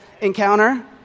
encounter